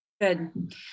Good